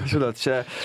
žinot čia